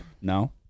No